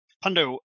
Pando